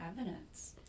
evidence